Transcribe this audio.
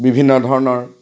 বিভিন্ন ধৰণৰ